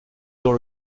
dans